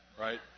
right